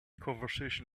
conversation